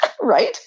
Right